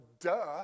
duh